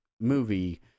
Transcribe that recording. movie